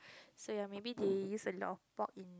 so ya maybe they use a lot of pork in